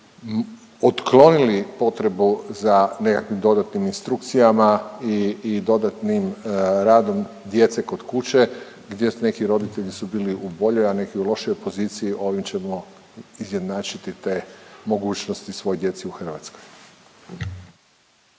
otklonili potrebu za nekakvim dodatnim instrukcijama i dodatnim radom djece kod kuće gdje neki roditelji su bili u boljoj, a neki u lošijoj poziciji ovim ćemo izjednačiti te mogućnosti svoj djeci u Hrvatskoj.